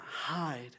hide